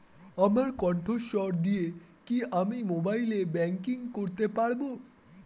আমার কন্ঠস্বর দিয়ে কি আমি মোবাইলে ব্যাংকিং করতে পারবো?